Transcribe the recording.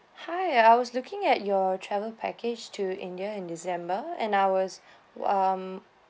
hi I was looking at your travel package to india in december and I was um